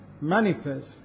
manifest